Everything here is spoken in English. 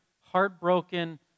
heartbroken